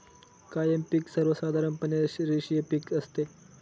कायम पिक सर्वसाधारणपणे रेषीय पिक असते